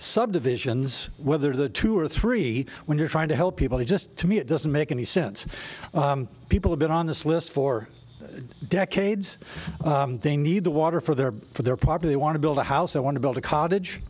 subdivisions whether the two or three when you're trying to help people just to me it doesn't make any sense people have been on this list for decades they need the water for their for their part of they want to build a house they want to build a cottage